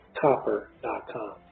copper.com